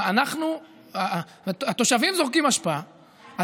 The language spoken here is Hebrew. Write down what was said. התושבים זורקים אשפה,